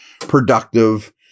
productive